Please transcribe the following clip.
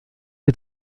est